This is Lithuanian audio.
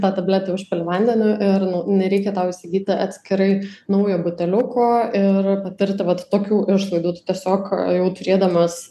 tą tabletę užpili vandeniu ir nu nereikia tau įsigyti atskirai naujo buteliuko ir patirti vat tokių išlaidų tu tiesiog jau turėdamas